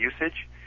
usage